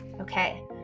okay